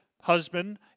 Husband